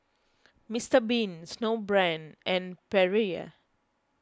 Mister Bean Snowbrand and Perrier